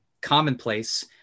commonplace